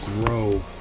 grow